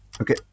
Okay